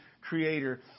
creator